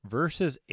verses